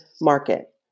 market